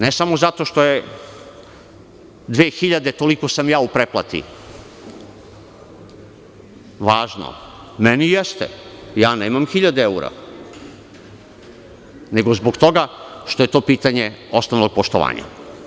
Ne samo zato što je 2.000, toliko sam ja u pretplati, važno, meni jeste, ja nemam hiljade eura, nego zbog toga što je to pitanje osnovnog poštovanja.